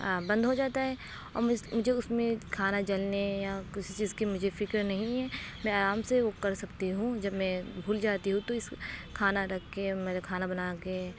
بند ہو جاتا ہے اور جو اس میں کھانا جلنے یا کسی چیز کی مجھے فکر نہیں ہے میں آرام سے وہ کر سکتی ہوں جب میں بھول جاتی ہوں تو اس کھانا رکھ کے میں نے کھانا بنا کے